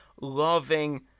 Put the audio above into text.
loving